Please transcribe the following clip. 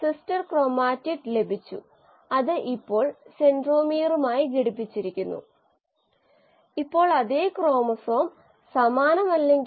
അവയവവുമായി സാമ്യമുള്ള ഒരു സ്കാർഫോൾഡിലാണ് കോശങ്ങൾ വളരുന്നത് അതിനാൽ നമുക്ക് ആകാരം ലഭിക്കുന്നു തുടർന്ന് പ്രവർത്തനം കൊണ്ടുവരുന്നു